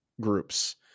groups